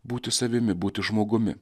būti savimi būti žmogumi